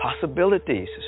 possibilities